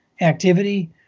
activity